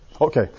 Okay